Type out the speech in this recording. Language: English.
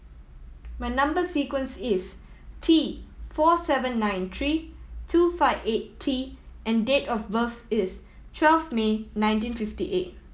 my number sequence is T four seven nine three two five eight T and date of birth is twelve May nineteen fifty eight